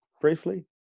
briefly